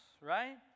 right